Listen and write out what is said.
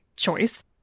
Choice